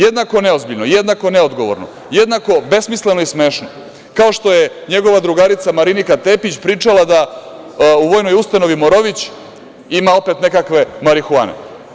Jednako neozbiljno, jednako neodgovorno, jednako besmisleno i smešno, kao što je njegova drugarica Marinika Tepić pričala da u Vojnoj ustanovi „Morović“ ima opet nekakve marihuane.